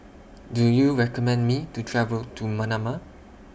Do YOU recommend Me to travel to Manama